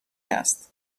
است